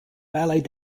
ballet